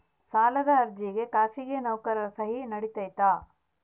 ಸಾಲದ ಅರ್ಜಿಗೆ ಖಾಸಗಿ ನೌಕರರ ಸಹಿ ನಡಿತೈತಿ?